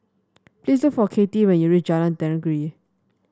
please look for Kathey when you reach Jalan Tenggiri